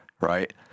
right